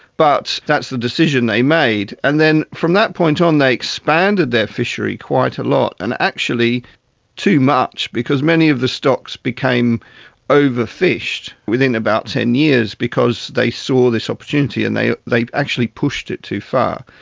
but that's the decision they made. and then from that point on they expanded their fishery quite a lot, and actually too much because many of the stocks became over-fished within about ten years because they saw this opportunity and they they actually pushed it too far.